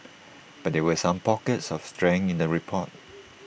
but there were some pockets of strength in the report